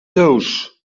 doos